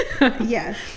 yes